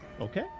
okay